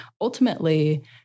ultimately